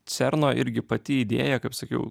cerno irgi pati idėja kaip sakiau